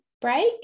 break